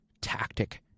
tactic